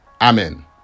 amen